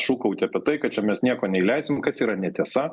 šūkauti apie tai kad čia mes nieko neįleisim kas yra netiesa